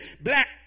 black